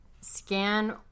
scan